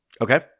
Okay